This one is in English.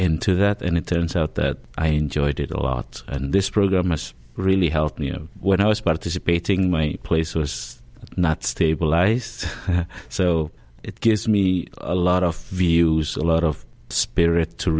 into that and it turns out that i enjoyed it a lot and this program has really helped me you know when i was participating my place was not stabilized so it gives me a lot of views a lot of spirit to